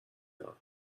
دارم